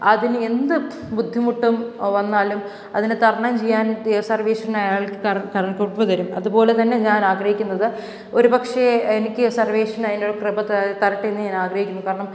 അതിന് എന്ത് ബുദ്ധിമുട്ടും വന്നാലും അതിനെ തരണം ചെയ്യാൻ സർവേശ്വരൻ അയാൾക്ക് കൂപ്പ് തരും അതുപോലെ തന്നെ ഞാൻ ആഗ്രഹിക്കുന്നത് ഒരു പക്ഷെ എനിക്ക് സർവേശ്വരനൊരു കൃപ തരട്ടേ എന്ന് ഞാൻ ആഗ്രഹിക്കുന്നു കാരണം